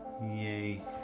yay